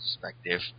perspective